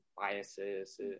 biases